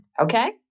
Okay